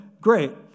great